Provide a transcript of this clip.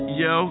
yo